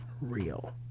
real